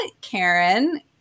Karen